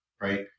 Right